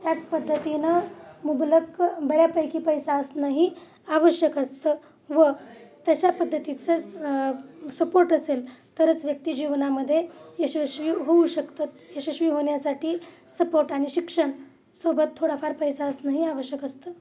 त्याच पद्धतीनं मुबलक बऱ्यापैकी पैसा असणंही आवश्यक असतं व तशा पद्धतीचं सपोर्ट असेल तरच व्यक्तिजीवनामध्ये यशस्वी होऊ शकतात यशस्वी होण्यासाठी सपोर्ट आणि शिक्षण सोबत थोडाफार पैसा असणंही आवश्यक असतं